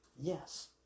yes